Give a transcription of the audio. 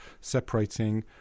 separating